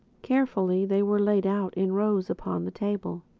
carefully they were laid out in rows upon the table.